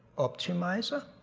optimizer?